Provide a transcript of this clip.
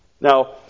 Now